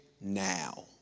Now